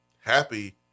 happy